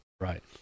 Right